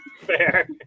fair